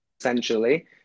essentially